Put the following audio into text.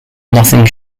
nothing